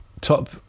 Top